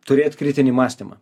turėt kritinį mąstymą